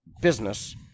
business